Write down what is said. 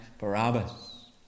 barabbas